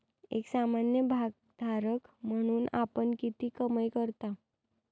एक सामान्य भागधारक म्हणून आपण किती कमाई करता?